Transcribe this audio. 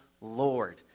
Lord